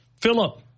Philip